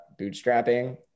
bootstrapping